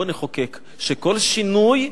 בואו נחוקק שכל שינוי,